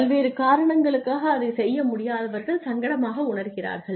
பல்வேறு காரணங்களுக்காக அதைச் செய்ய முடியாதவர்கள் சங்கடமாக உணர்கிறார்கள்